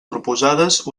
proposades